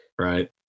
Right